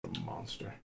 Monster